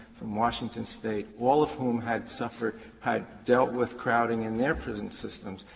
from washington state, all of whom had suffered, had dealt with crowding in their prison systems,